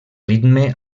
ritme